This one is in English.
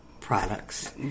products